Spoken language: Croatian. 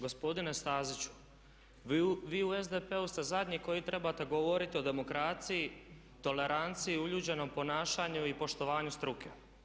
Gospodine Staziću, vi u SDP-u ste zadnji koji trebate govoriti o demokraciji, toleranciji, uljuđenom ponašanju i poštovanju struke.